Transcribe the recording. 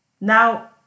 Now